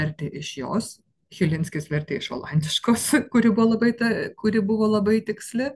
vertė iš jos chilinskis vertė iš olandiškos kuri buvo labai ta kuri buvo labai tiksli